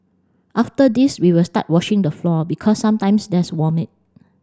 after this we will start washing the floor because sometimes there's vomit